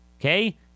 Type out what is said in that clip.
okay